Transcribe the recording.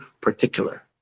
particular